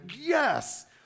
yes